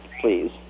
please